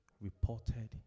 reported